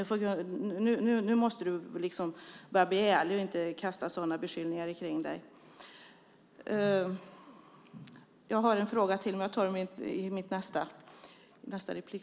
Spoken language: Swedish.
Nu måste du börja bli ärlig och inte kasta sådana beskyllningar omkring dig.